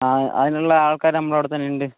ആ അതിനുള്ള ആൾക്കാർ നമ്മുടെ ഇവിടെ തന്നെയുണ്ട്